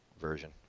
version